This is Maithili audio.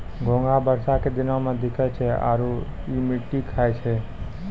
घोंघा बरसा के दिनोॅ में दिखै छै आरो इ मिट्टी खाय छै